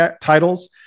titles